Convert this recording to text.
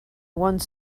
one